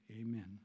amen